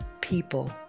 people